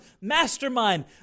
mastermind